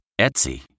Etsy